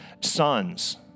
sons